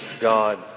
God